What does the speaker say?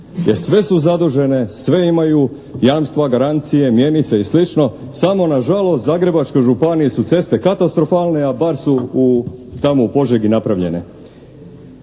sve su zadužene, sve imaju jamstva, garancije, mjenice i slično samo nažalost u Zagrebačkoj županiji su ceste katastrofalne, a bar su u tamo u Požegi napravljene.